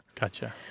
Gotcha